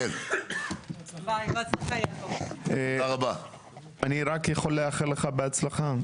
אני רק יכול לאחל לך בהצלחה.